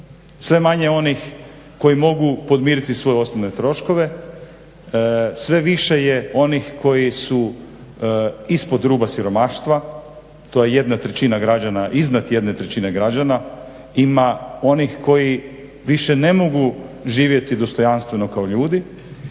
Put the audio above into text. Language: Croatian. je manje onih koji mogu podmiriti svoje osnovne troškove, sve više je onih koji su ispod ruba siromaštva, to je iznad 1/3 građana. Ima onih koji više ne mogu živjeti dostojanstveno kao ljudi.